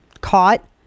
caught